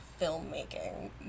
filmmaking